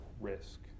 risk